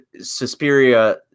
Suspiria